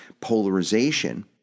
polarization